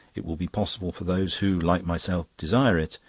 it will be possible for those who, like myself, desire it,